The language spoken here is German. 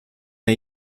der